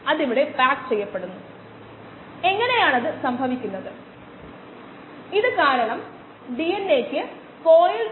അതിനാൽ ഇത് packed cell വോളിയമാണ് ഇത് ചില വ്യവസായങ്ങളിൽ മൊത്തം കോശ സാന്ദ്രതയുടെ അളവുകോലായി ഉപയോഗിക്കുന്നു